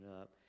up